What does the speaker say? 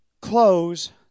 close